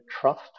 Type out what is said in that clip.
trust